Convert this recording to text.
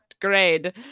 grade